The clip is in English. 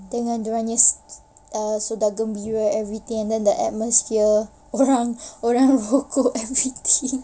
dengan dia orang punya soda gembira everything and then the atmosphere orang-orang rokok everything